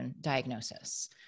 diagnosis